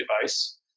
device